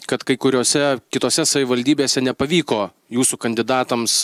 kad kai kuriose kitose savivaldybėse nepavyko jūsų kandidatams